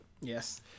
Yes